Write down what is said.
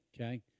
okay